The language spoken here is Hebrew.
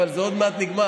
אבל זה עוד מעט נגמר.